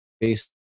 based